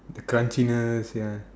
the crunchiness ya